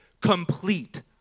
complete